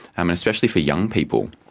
um and especially for young people,